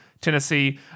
Tennessee